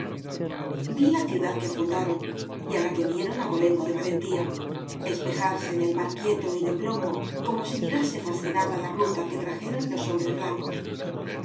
vi la ciudad que fundaron y á la que dieron abolengo de valentía espejarse en el mar quieto y de plomo como si mirase facisnada la ruta que trajeron los hombres blancos